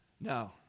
No